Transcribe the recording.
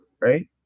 right